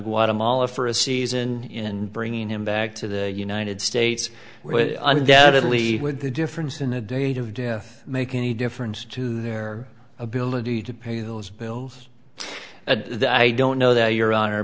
guatemala for a season in bringing him back to the united states undoubtedly would the difference in the date of death make any difference to their ability to pay those bills i don't know that your hon